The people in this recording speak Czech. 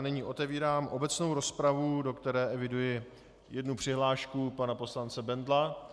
Nyní otevírám obecnou rozpravu, do které eviduji jednu přihlášku pana poslance Bendla.